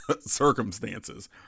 circumstances